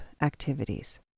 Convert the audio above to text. activities